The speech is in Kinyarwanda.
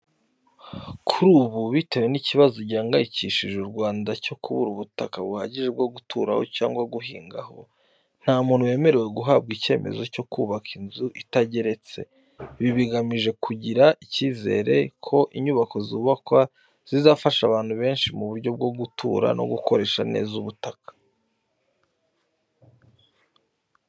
Kuri ubu bitewe n’ikibazo gihangayikishije u Rwanda cyo kubura ubutaka buhagije bwo guturaho cyangwa guhingaho, nta muntu wemerewe guhabwa icyemezo cyo kubaka inzu itageretse. Ibi bigamije kugira icyizere ko inyubako zubakwa zizafasha abantu benshi mu buryo bwo gutura no gukoresha neza ubutaka buhari.